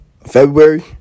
February